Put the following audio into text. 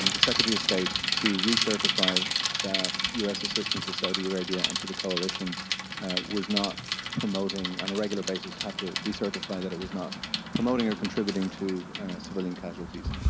um the secretary of state to re-certify that u s. assistance to saudi arabia and to the coalition was not promoting, on a regular basis have to re-certify that it was not promoting or contributing to civilian casualties.